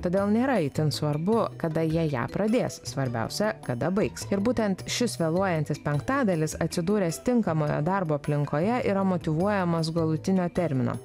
todėl nėra itin svarbu kada jie ją pradės svarbiausia kada baigs ir būtent šis vėluojantis penktadalis atsidūręs tinkamoje darbo aplinkoje yra motyvuojamas galutinio termino